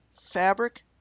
fabric